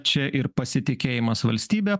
čia ir pasitikėjimas valstybe